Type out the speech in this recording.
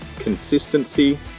consistency